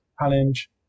challenge